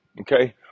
okay